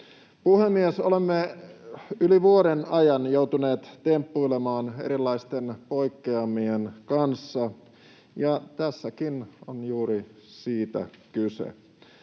Puhemies! Olemme yli vuoden ajan joutuneet temppuilemaan erilaisten poikkeamien kanssa, ja tässäkin on kyse juuri siitä.